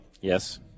Yes